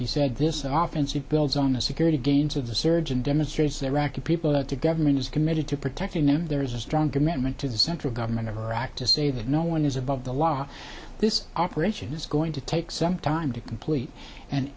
he said this often see builds on the security gains of the surge and demonstrates the iraqi people that the government is committed to protecting them there is a strong commitment to the central government of iraq to say that no one is above the law this operation is going to take some time to complete and